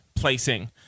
placing